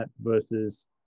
versus